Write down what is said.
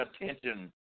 attention